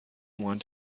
want